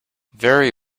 very